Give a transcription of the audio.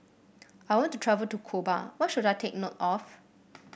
I want to travel to Cuba what should I take note of